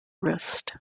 wrist